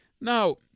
Now